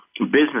business